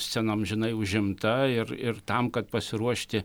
scena amžinai užimta ir ir tam kad pasiruošti